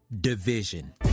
division